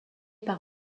par